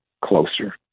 closer